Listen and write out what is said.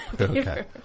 Okay